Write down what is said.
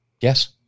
Yes